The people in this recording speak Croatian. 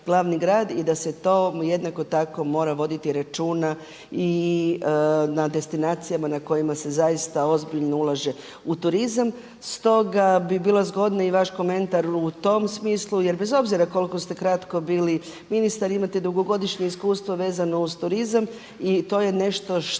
i da se to mu jednako tako mora voditi računa i na destinacijama na kojima se zaista ozbiljno ulaže u turizam. Stoga bi bilo zgodno i vaš komentar u tom smislu, jer bez obzira koliko ste kratko bili ministar imate dugogodišnje iskustvo vezano uz turizam i to je nešto što